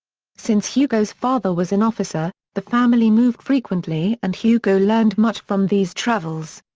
since hugo's father was an officer, the family moved frequently and hugo learned much from these travels.